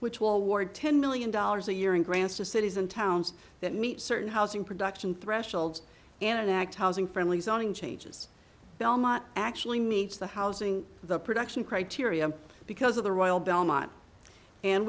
which will ward ten million dollars a year in grants to cities and towns that meet certain housing production thresholds and enact housing friendly zoning changes belmont actually meets the housing the production criteria because of the royal belmont and